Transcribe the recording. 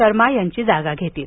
शर्मा यांची जागा घेतील